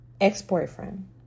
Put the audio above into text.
ex-boyfriend